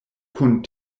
kun